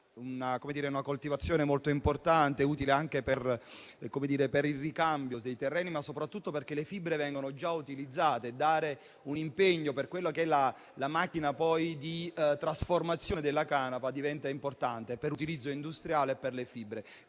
una coltivazione molto utile anche per il ricambio dei terreni, ma soprattutto perché le fibre vengono già utilizzate. Assumere un impegno sulla macchina di trasformazione della canapa diventa importante per l'utilizzo industriale e per le fibre.